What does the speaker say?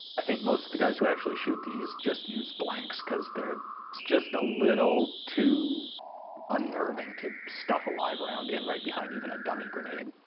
i think most of the guys who actually shoot these just use blanks, because. it's just a little too unnerving to stuff a live round in right behind even a dummy grenade.